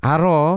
Aro